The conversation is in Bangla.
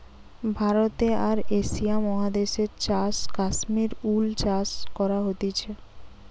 ভারতে আর এশিয়া মহাদেশে চাষ কাশ্মীর উল চাষ করা হতিছে